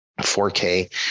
4k